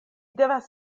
devas